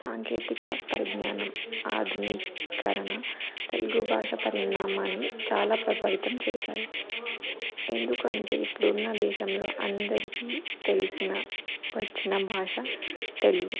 సాంకేతిక పరిజ్ఞానం ఆధునీకరణ తెలుగు భాష పరిణామాన్ని చాలా ప్రభావితం చేశాయి ఎందుకంటే ఇప్పుడున్న దేశంలో అందరికీ తెలిసిన వచ్చిన భాష తెలుగు